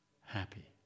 Happy